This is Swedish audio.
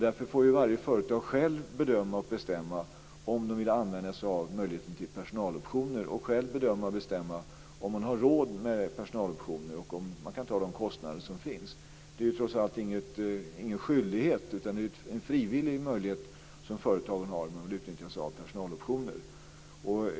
Därför får företagen själva bestämma om man vill använda sig av möjligheten till personaloptioner. Man får själv bedöma och bestämma om man har råd med personaloptioner och om man kan ta de kostnader som finns. Det är ju trots allt inte någon skyldighet, utan en frivillig möjlighet som företagen har, att utnyttja sig av personaloptioner.